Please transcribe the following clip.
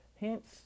Hence